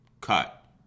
cut